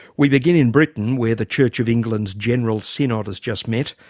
we begin in britain where the church of england's general synod has just met,